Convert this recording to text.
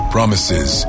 Promises